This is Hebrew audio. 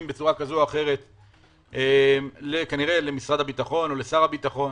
בצורה כזו אחרת כנראה למשרד הביטחון או לשר הביטחון,